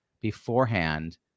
beforehand